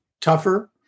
tougher